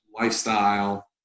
lifestyle